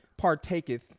partaketh